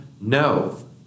No